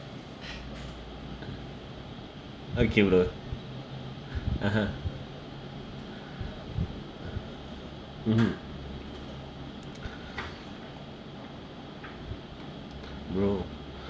okay bro (uh huh) mmhmm bro